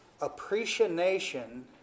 Appreciation